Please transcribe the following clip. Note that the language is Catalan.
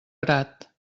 grat